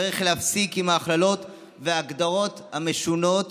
צריך להפסיק עם ההכללות וההגדרות המשונות,